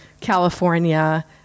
California